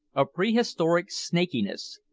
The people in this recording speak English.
a prehistoric snakiness,